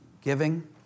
giving